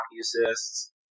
assists